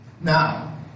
Now